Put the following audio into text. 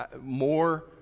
more